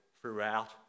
throughout